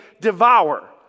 devour